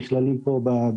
חשוב שנקבל את